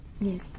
Yes